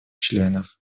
членов